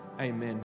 Amen